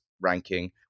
ranking